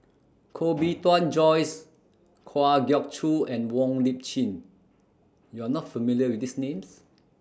Koh Bee Tuan Joyce Kwa Geok Choo and Wong Lip Chin YOU Are not familiar with These Names